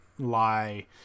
lie